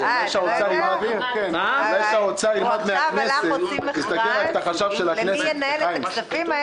אולי שהאוצר ילמד מהכנסת להסתכל על חשב הכנסת,